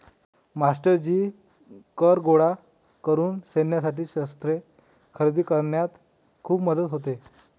मास्टरजी कर गोळा करून सैन्यासाठी शस्त्रे खरेदी करण्यात खूप मदत होते